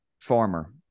Farmer